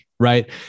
Right